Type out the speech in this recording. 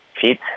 fit